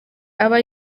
aba